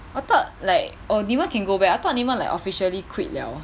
I thought like oh 你们 can go back ah I thought 你们 like officially quit 了